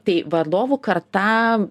tai vadovų karta